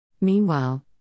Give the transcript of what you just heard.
Meanwhile